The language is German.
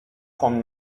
vom